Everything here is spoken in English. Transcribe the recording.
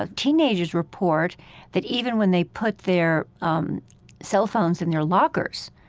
ah teenagers report that even when they put their um cell phones in their lockers,